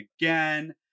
again